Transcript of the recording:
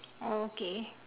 okay